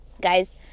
guys